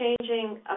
changing